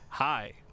Hi